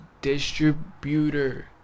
distributor